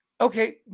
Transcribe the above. Okay